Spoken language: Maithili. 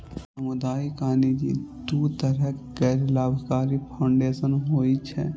सामुदायिक आ निजी, दू तरहक गैर लाभकारी फाउंडेशन होइ छै